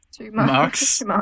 Mark's